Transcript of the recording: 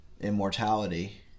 immortality